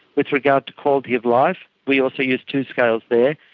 with regard to quality of life we also used two scales there,